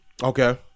Okay